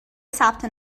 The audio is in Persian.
ثبت